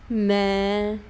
ਮੈਂ